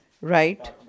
right